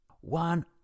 One